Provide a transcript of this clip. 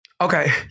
Okay